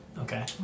Okay